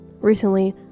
recently